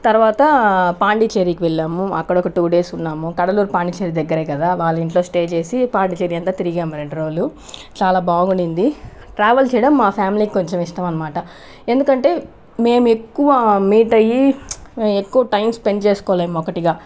తర్వాత పాండిచ్చెరీకి వెళ్ళాము అక్కడ ఒక టు డేస్ ఉన్నాము కడలూరు పాండిచ్చెరి దగ్గరే కదా వాళ్ళ ఇంట్లో స్టే చేసి పాండిచ్చెరి అంతా తిరిగాము రెండు రోజులు చాలా బాగా ఉండింది ట్రావెల్ చేయడం మా ఫ్యామిలీకి కొంచెం ఇష్టం అనమాట ఎందుకంటే మేము ఎక్కువ మీట్ అయ్యి ఎక్కువ టైం స్పెండ్ చేసుకోలేం ఒకటిగా